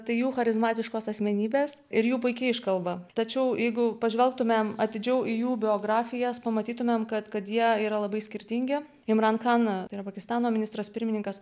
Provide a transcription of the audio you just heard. tai jų charizmatiškos asmenybės ir jų puiki iškalba tačiau jeigu pažvelgtumėm atidžiau į jų biografijas pamatytumėm kad jie yra labai skirtingi imran khana yra pakistano ministras pirmininkas